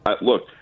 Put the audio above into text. look